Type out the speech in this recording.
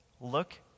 look